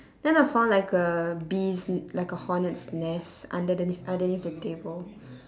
then I found like a bee's like a hornet's nest like underneath underneath the table